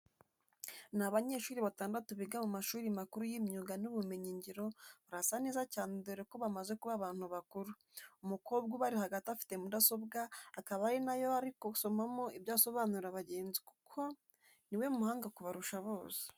Ni abanyeshuri batandatu biga mu mashuri makuru y'imyuga n'ubumenyingiro, barasa neza cyane dore ko bamaze kuba abantu bakuru, umukobwa ubari hagati afite mudasobwa akaba ari na yo ari gusomamo ibyo asobanurira bagenzi kuko ni we muhanga kubarusha bose.